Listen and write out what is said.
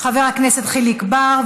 חבר הכנסת חיליק בר,